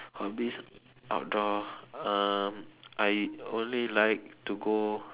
hobbies outdoor um I only like to go